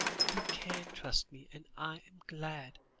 you can trust me, and i am glad,